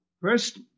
First